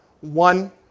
one